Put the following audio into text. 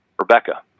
Rebecca